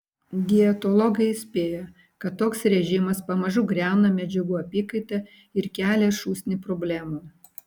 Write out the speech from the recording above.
dietologai įspėja kad toks režimas pamažu griauna medžiagų apykaitą ir kelią šūsnį problemų